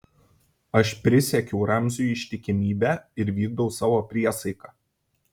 aš prisiekiau ramziui ištikimybę ir vykdau savo priesaiką